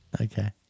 Okay